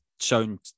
shown